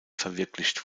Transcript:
verwirklicht